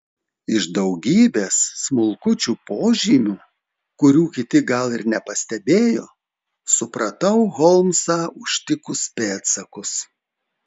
iš daugybės smulkučių požymių kurių kiti gal ir nepastebėjo supratau holmsą užtikus pėdsakus